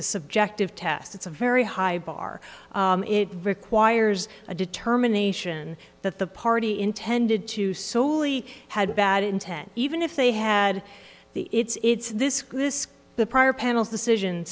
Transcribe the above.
a subjective test it's a very high bar it requires a determination that the party intended to solely had bad intent even if they had the it's this goodness the prior panel's decision